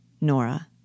Nora